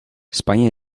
spanje